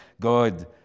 God